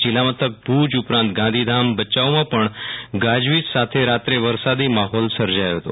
જીલ્લા મથક ભુજ ઉપરાંત ગાંધીધામ ભચાઉમાં પણ ગાજવીજ સાથે રાત્રે વરસાદી માહોલ સર્જાયો હતો